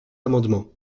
amendements